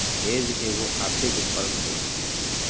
hedge एगो आर्थिक उपकरण होइ छइ